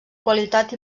qualitat